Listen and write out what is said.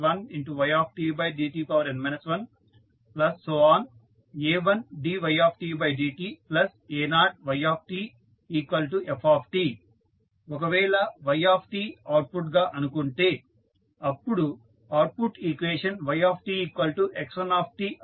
a1dytdta0yt ft ఒకవేళ Yt output గా అనుకుంటే అప్పుడు అవుట్పుట్ ఈక్వేషన్ ytx1t అవుతుంది